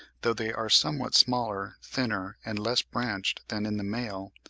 though they are somewhat smaller, thinner, and less branched than in the male,